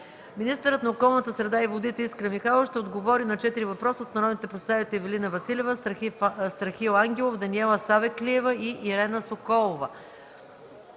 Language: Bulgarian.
Министърът на околната среда и водите Искра Михайлова ще отговори на четири въпроса от народните представители Ивелина Василева; Страхил Ангелов; Даниела Савеклиева; Ирена Соколова.